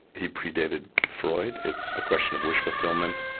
he pre-dated freud, it's a question of wish fulfilment,